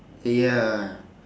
ya